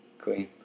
Queen